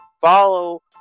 follow